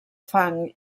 fang